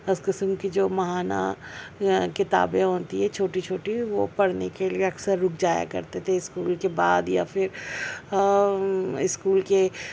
اس قسم کی جو ماہانہ کتابیں ہوتی ہیں چھوٹی چھوٹی وہ پڑھنے کے لیے اکثر رک جایا کرتے تھے اسکول کے بعد یا پھر اسکول کے